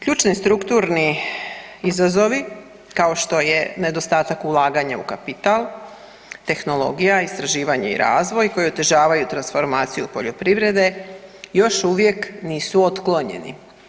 Ključni strukturni izazovi, kao što je nedostatak ulaganja u kapital, tehnologija, istraživanje i razvoj koji otežavaju transformaciju poljoprivrede još uvijek nisu otklonjeni.